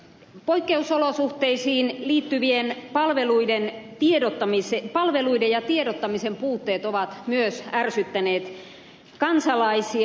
poikkeusolosuhteisiin liittyvien palveluiden ja tiedottamisen puutteet ovat myös ärsyttäneet kansalaisia